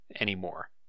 anymore